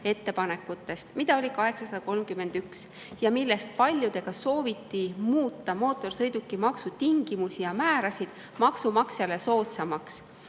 ettepanekutest, mida oli 831 ja millest paljudega sooviti muuta mootorsõidukimaksu tingimusi ja määrasid maksumaksjale soodsamaks.